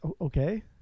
Okay